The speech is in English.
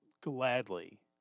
gladly